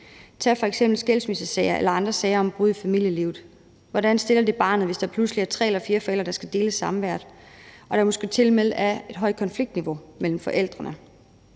Tag f.eks. skilsmissesager eller andre sager om brud i familielivet: Hvordan stiller det barnet, hvis der pludselig er tre eller fire forældre, der skal dele samværet, og der måske tilmed er et højt konfliktniveau mellem forældrene?